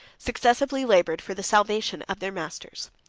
successively labored for the salvation of their masters.